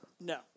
No